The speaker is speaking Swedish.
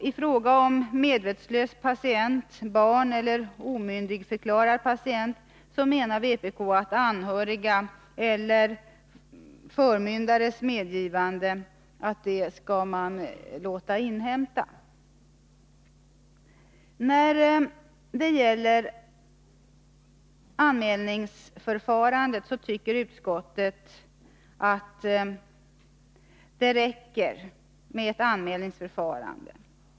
I fråga om medvetslös patient, barn och omyndigförklarad patient menar vpk att anhörigas eller förmyndares medgivande skall inhämtas. Utskottet tycker att det räcker med ett anmälningsförfarande.